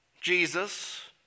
Jesus